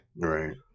Right